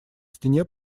стене